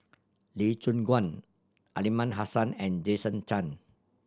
Lee Choon Guan Aliman Hassan and Jason Chan